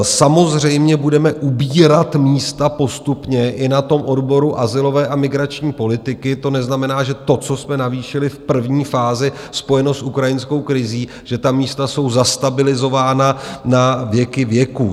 Samozřejmě budeme ubírat místa postupně i na odboru azylové a migrační politiky to neznamená, že to, co jsme navýšili v první fázi spojené s ukrajinskou krizí, že ta místa jsou zastabilizována na věky věků.